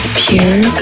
pure